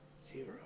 Zero